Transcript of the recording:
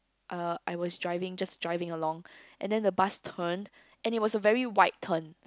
uh I was driving just driving along and then the bus turn and it was a very wide turn